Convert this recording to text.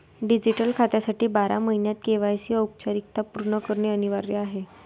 digital खात्यासाठी बारा महिन्यांत के.वाय.सी औपचारिकता पूर्ण करणे अनिवार्य आहे